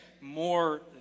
more